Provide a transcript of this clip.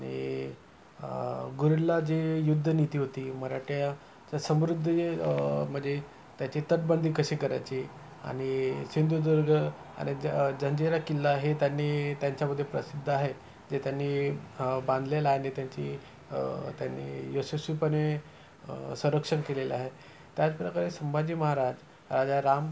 आणि गुरिल्ला जे युद्धनीति होती मराठ्याची समृद्ध म्हणजे त्याची तटबंदी कशी करायची आणि सिंधुदुर्ग आणि ज जंजिरा किल्ला हे त्यांनी त्यांच्यामध्ये प्रसिद्ध आहे जे त्यांनी ते बांधलेलं आणि त्यांची त्यांनी यशस्वीपणे संरक्षण केलेलं आहे त्याचप्रकारे संभाजी महाराज राजाराम